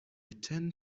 tend